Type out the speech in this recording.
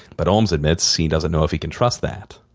but homs admits he doesn't know if he can trust that.